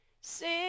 Sing